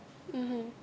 mmhmm